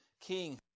king